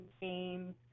games